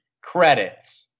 credits